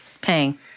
paying